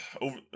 over